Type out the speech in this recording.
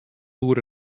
oere